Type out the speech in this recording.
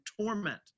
torment